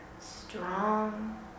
strong